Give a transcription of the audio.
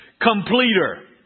completer